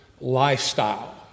lifestyle